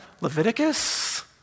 Leviticus